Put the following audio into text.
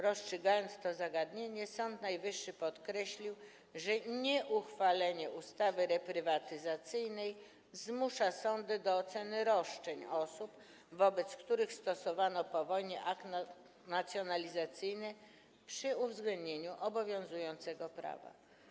Rozstrzygając to zagadnienie, Sąd Najwyższy podkreślił, że nieuchwalenie ustawy reprywatyzacyjnej zmusza sądy do oceny roszczeń osób, wobec których stosowano po wojnie akt nacjonalizacyjny, przy uwzględnieniu obowiązującego prawa.